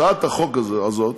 הצעת החוק הזאת